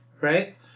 Right